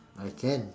I can